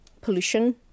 pollution